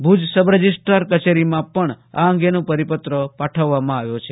Bhuj sub registrar કચેરીમાં પણ આ અંગેનો પરિપત્ર પાઠવવામાં આવ્યો છે